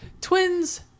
twins